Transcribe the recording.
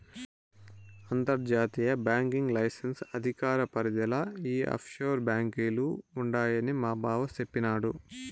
అంతర్జాతీయ banking licence అధికార పరిదిల ఈ ఆప్షోర్ బాంకీలు ఉండాయని మాబావ సెప్పిన్నాడు